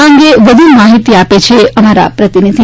આ અંગે વધુ માહિતી આપે છે અમારા પ્રતિનિધિ